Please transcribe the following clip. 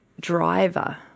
driver